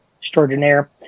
extraordinaire